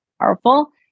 powerful